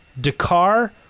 Dakar